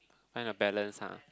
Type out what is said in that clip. find a balance ah